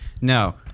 No